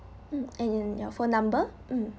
mm and and your phone number mm